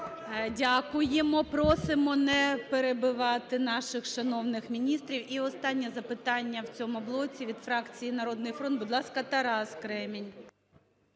Дякуємо. Просимо не перебивати наших шановних міністрів. І останнє запитання в цьому блоці. Від фракції "Народний фронт", будь ласка, Тарас Кремінь.